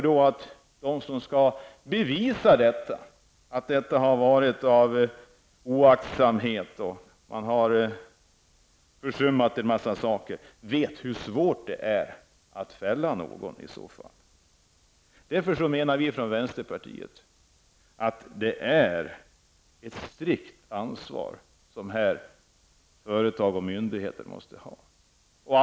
De som skall bevisa att skada har skett på grund av oaktsamhet eller på grund av att en mängd saker har försummats vet hur svårt det är att fälla någon i sådana fall. Vi i vänsterpartiet menar därför att företag och myndigheter måste ha ett strikt ansvar på den här punkten.